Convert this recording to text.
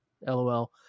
LOL